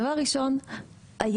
דבר ראשון,